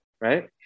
right